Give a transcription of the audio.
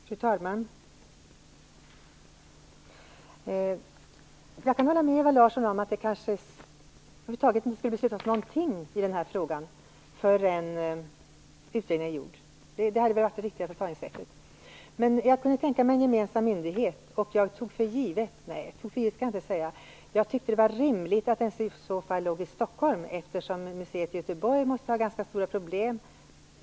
Fru talman! Jag kan hålla med Ewa Larsson om att det kanske inte skulle ha beslutats om någonting över huvud taget i den här frågan förrän utredningen är gjord. Det hade varit det riktiga förfaringssättet. Men jag kunde tänka mig en gemensam myndighet, och jag tyckte att det var rimligt att den i så fall låg i Stockholm eftersom museet i Göteborg tydligen har ganska stora problem.